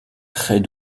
très